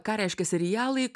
ką reiškia serialai